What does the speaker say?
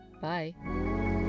Bye